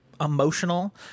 emotional